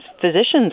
physicians